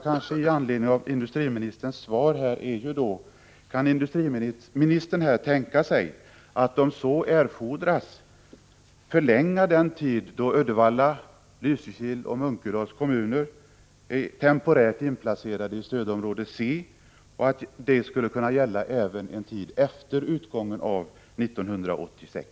T anledning av industriministerns svar vill jag ställa frågan: Kan industriministern tänka sig att om så erfordras förlänga den tid då Uddevalla, Lysekils och Munkedals kommuner är temporärt inplacerade i stödområde C, så att detta skulle kunna gälla även en tid efter utgången av 1986?